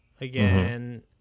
again